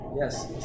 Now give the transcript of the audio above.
Yes